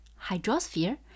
hydrosphere